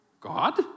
God